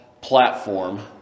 platform